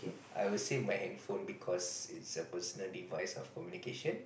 I would save my handphone because it's a personal device of communication